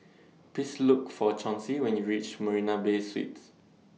Please Look For Chauncey when YOU REACH Marina Bay Suites